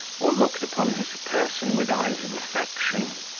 or looked upon his person with eyes of affection.